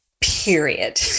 period